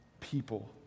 people